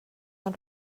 del